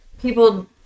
people